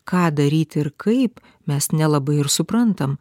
ką daryti ir kaip mes nelabai ir suprantam